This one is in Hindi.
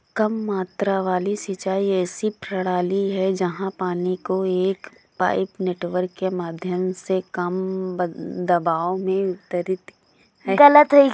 कम मात्रा वाली सिंचाई ऐसी प्रणाली है जहाँ पानी को एक पाइप नेटवर्क के माध्यम से कम दबाव में वितरित किया जाता है